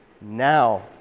Now